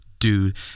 dude